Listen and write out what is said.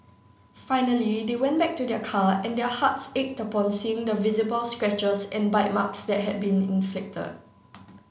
finally they went back to their car and their hearts ached upon seeing the visible scratches and bite marks that had been inflicted